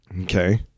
okay